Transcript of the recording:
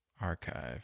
Archive